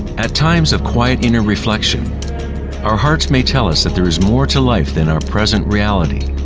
at times of quiet inner reflection our hearts may tell us that there is more to life than our present reality,